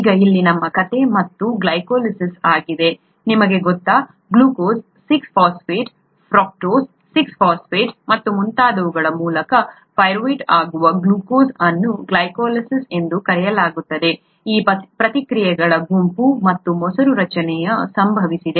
ಈಗ ಇಲ್ಲಿ ನಮ್ಮ ಕಥೆ ಮತ್ತೆ ಗ್ಲೈಕೋಲಿಸಿಸ್ ಆಗಿದೆ ನಿಮಗೆ ಗೊತ್ತಾ ಗ್ಲೂಕೋಸ್ 6 ಫಾಸ್ಫೇಟ್ ಫ್ರಕ್ಟೋಸ್ 6 ಫಾಸ್ಫೇಟ್ ಮತ್ತು ಮುಂತಾದವುಗಳ ಮೂಲಕ ಪೈರುವೇಟ್ ಆಗುವ ಗ್ಲೂಕೋಸ್ ಅನ್ನು ಗ್ಲೈಕೋಲಿಸಿಸ್ ಎಂದು ಕರೆಯಲಾಗುತ್ತದೆ ಈ ಪ್ರತಿಕ್ರಿಯೆಗಳ ಗುಂಪು ಮತ್ತು ಮೊಸರು ರಚನೆಯು ಸಂಭವಿಸಿದೆ